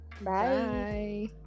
Bye